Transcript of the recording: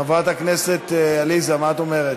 חברת הכנסת עליזה, מה את אומרת?